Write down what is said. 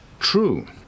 True